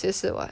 也是 what